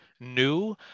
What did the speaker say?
new